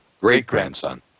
Great-grandson